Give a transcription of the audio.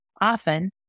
Often